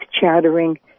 chattering